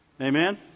Amen